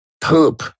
poop